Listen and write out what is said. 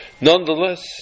Nonetheless